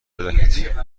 بدهید